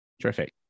Terrific